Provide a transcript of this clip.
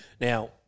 Now